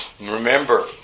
Remember